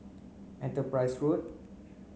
Enterprise Road